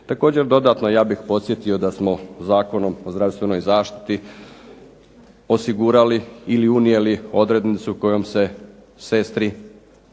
Također dodatno ja bih podsjetio da smo Zakonom o zdravstvenoj zaštiti osigurali ili unijeli odrednicu kojom se sestri ili članu